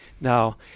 Now